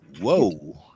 Whoa